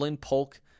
Polk